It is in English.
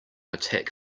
attack